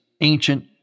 ancient